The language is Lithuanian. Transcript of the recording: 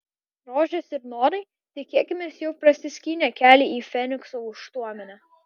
rožės ir norai tikėkimės jau prasiskynė kelią į fenikso aukštuomenę